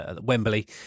Wembley